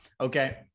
Okay